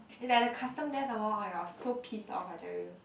it's at the custom there some more and I was so pissed off I tell you